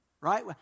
Right